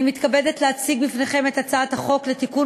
אני מתכבדת להציג בפניכם את הצעת החוק לתיקון